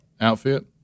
outfit